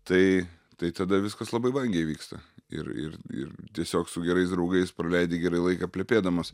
tai tai tada viskas labai vangiai vyksta ir ir ir tiesiog su gerais draugais praleidi gerai laiką plepėdamas